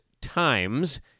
Times